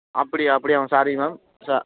அப்படியா அப்படியா ma'am sorry ma'am சா